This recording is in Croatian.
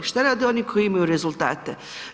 Što rade oni koji imaju rezultate.